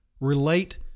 relate